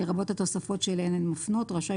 לרבות התוספות שאליהן הן מפנות רשאי